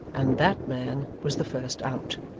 and that man was the first out.